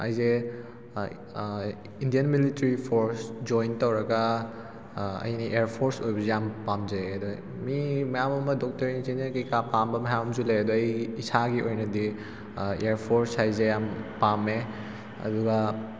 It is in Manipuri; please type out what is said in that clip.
ꯑꯩꯁꯦ ꯏꯟꯗꯤꯌꯥꯟ ꯃꯤꯂꯤꯇꯔꯤ ꯐꯣꯔꯁ ꯖꯣꯏꯟ ꯇꯧꯔꯒ ꯑꯩꯅ ꯏꯌꯥꯔ ꯐꯣꯔꯁ ꯑꯣꯏꯕꯁꯦ ꯌꯥꯝꯅ ꯄꯥꯝꯖꯩ ꯃꯤ ꯃꯌꯥꯝ ꯑꯃ ꯗꯣꯛꯇꯔ ꯏꯟꯖꯤꯅꯤꯌꯥꯔ ꯀꯩꯀꯥ ꯄꯥꯝꯕ ꯃꯌꯥꯝ ꯑꯃꯁꯨ ꯂꯩ ꯑꯗꯨ ꯑꯩꯒꯤ ꯏꯁꯥꯒꯤ ꯑꯣꯏꯅꯗꯤ ꯏꯌꯥꯔ ꯐꯣꯔꯁ ꯍꯥꯏꯁꯦ ꯌꯥꯝꯅ ꯄꯥꯝꯃꯦ ꯑꯗꯨꯒ